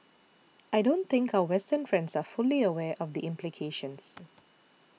I don't think our Western friends are fully aware of the implications